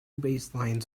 baselines